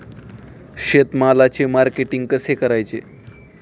शेतमालाचे मार्केटिंग कसे करावे?